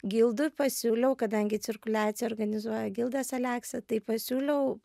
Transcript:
gildui pasiūliau kadangi cirkuliaciją organizuoja gildas aleksa tai pasiūliau